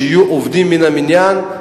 שיהיו עובדים מן המניין,